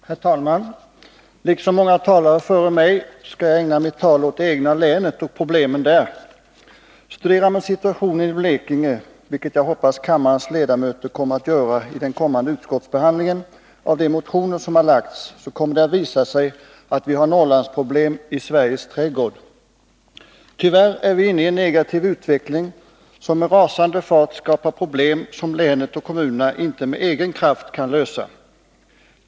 Herr talman! Liksom många talare före mig skall jag ägna mitt anförande åt det egna länet och problemen där. Studerar man situationen i Blekinge, vilket jag hoppas kammarens ledamöter kommer att göra i den kommande utskottsbehandlingen av de motioner som har väckts, visar det sig att vi har Norrlandsproblem också i ”Sveriges trädgård”. Tyvärr är vi inne i en negativ utveckling, som med rasande fart skapar problem som länet och kommunerna inte med egen kraft kan lösa.